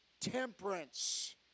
temperance